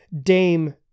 Dame